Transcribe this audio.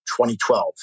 2012